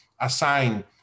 assign